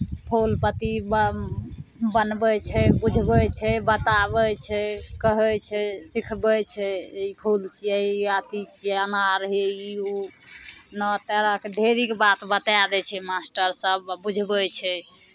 फूल पत्ती बन बनबै छै बुझबै छै बताबै छै कहै छै सिखबै छै ई फूल छियै ई अथी छियै अनार ई ओ नओ तरहके ढेरीके बात बताए दै छै मास्टरसभ बुझबै छै